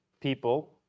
people